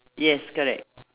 yes correct